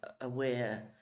aware